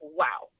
wow